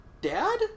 dad